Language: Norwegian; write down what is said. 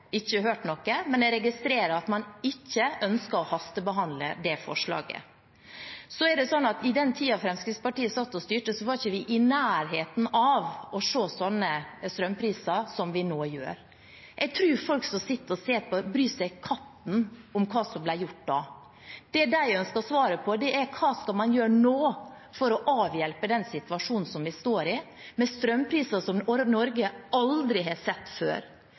forslaget. Så er det sånn at i den tiden Fremskrittspartiet satt og styrte, var ikke vi i nærheten av å se sånne strømpriser som vi nå gjør. Jeg tror folk som sitter og ser på, bryr seg katten om hva som ble gjort da. Det de ønsker svar på, er hva man skal gjøre nå for å avhjelpe den situasjonen vi står i, med strømpriser som Norge aldri har sett før.